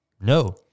no